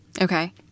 Okay